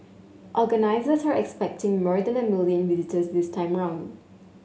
organisers are expecting more than a million visitors this time round